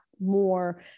more